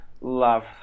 love